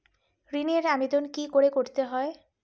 ঋণের আবেদন কি করে করতে হয়?